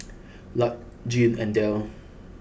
Lark Jean and Del